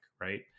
right